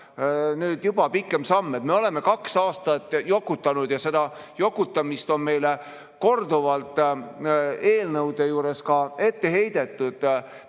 nüüd juba pikem samm. Me oleme kaks aastat jokutanud ja seda jokutamist on meile korduvalt eelnõude juures ka ette heidetud.